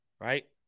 right